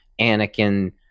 Anakin